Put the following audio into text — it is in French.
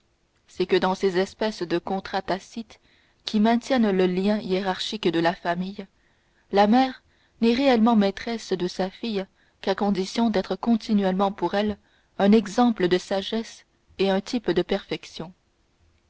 c'est que dans ces espèces de contrats tacites qui maintiennent le lien hiérarchique de la famille la mère n'est réellement maîtresse de sa fille qu'à condition d'être continuellement pour elle un exemple de sagesse et un type de perfection